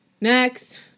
next